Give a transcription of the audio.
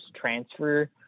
transfer